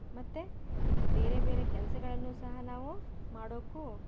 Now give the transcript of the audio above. ಮತ್ತೆ ಬೇರೆ ಬೇರೆ ಕೆಲಸಗಳನ್ನು ಸಹ ನಾವು ಮಾಡೋಕು